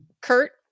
Kurt